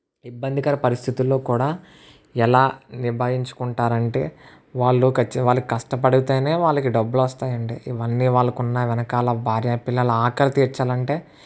ఇబ్బందికర పరిస్థితుల్లో కూడా ఎలా నిబాయిచ్చుకుంటారంటే వాళ్ళు ఖచ్చితంగా వాళ్ళు కష్టబడితేనే వాళ్ళకి డబ్బులొస్తాయండి ఇవన్నీ వాళ్ళకున్న వెనకాల భార్య పిల్లల ఆకలి తీర్చాలంటే